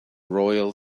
royal